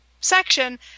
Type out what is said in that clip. section